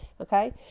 Okay